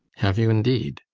have you indeed?